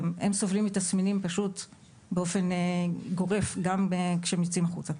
הם סובלים מתסמינים באופן גורף גם כשהם יוצאים החוצה.